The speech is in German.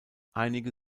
einige